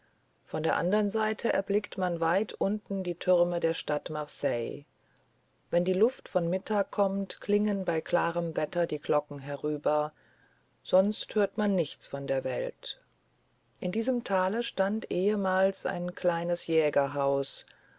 von der andern seite erblickt man weit unten die türme der stadt marseille wenn die luft von mittag kommt klingen bei klarem wetter die glocken herüber sonst hört man nichts von der welt in diesem tale stand ehemals ein kleines